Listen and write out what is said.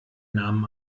namen